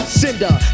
cinder